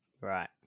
Right